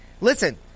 Listen